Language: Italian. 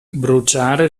bruciare